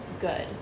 good